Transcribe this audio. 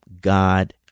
God